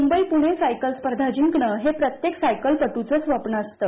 Mumbai Pune cycle स्पर्धा जिंकणं हे प्रत्येक सायकलपट्रचं स्वप्न असतं